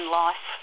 life